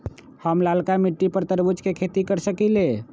हम लालका मिट्टी पर तरबूज के खेती कर सकीले?